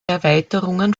erweiterungen